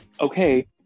okay